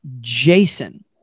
Jason